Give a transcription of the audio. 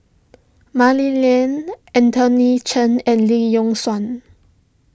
Mah Li Lian Anthony Chen and Lee Yock Suan